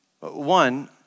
One